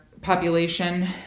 population